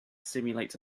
simulate